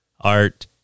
art